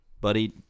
buddy